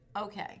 Okay